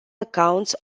accounts